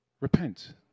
repent